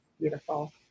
beautiful